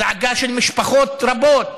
זעקה של משפחות רבות,